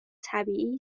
طبیعی